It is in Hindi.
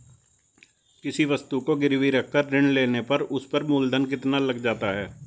किसी वस्तु को गिरवी रख कर ऋण लेने पर उस पर मूलधन कितना लग जाता है?